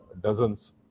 dozens